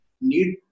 need